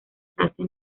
frase